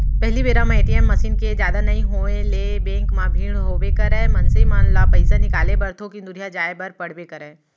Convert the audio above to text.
पहिली बेरा म ए.टी.एम मसीन के जादा नइ होय ले बेंक म भीड़ होबे करय, मनसे मन ल पइसा निकाले बर थोकिन दुरिहा जाय बर पड़बे करय